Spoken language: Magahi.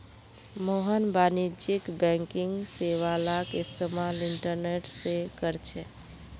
मोहन वाणिज्यिक बैंकिंग सेवालाक इस्तेमाल इंटरनेट से करछे